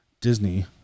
Disney